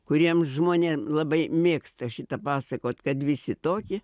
kuriem žmonėm labai mėgsta šitą pasakot kad visi tokie